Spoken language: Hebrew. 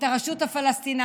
את הרשות הפלסטינית.